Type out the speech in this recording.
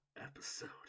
episode